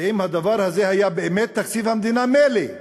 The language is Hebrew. ואם הדבר הזה היה באמת תקציב המדינה, מילא.